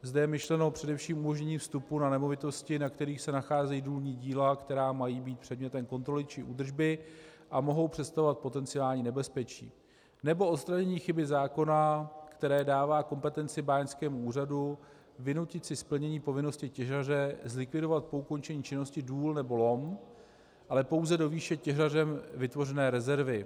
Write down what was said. Zde je myšleno především umožnění vstupu na nemovitosti, na kterých se nacházejí důlní díla, která mají být předmětem kontroly či údržby a mohou představovat potenciální nebezpečí, nebo odstranění chyby zákona, který dává kompetenci báňskému úřadu vynutit si splnění povinnosti těžaře zlikvidovat po ukončení činnosti důl nebo lom, ale pouze do výše těžařem vytvořené rezervy.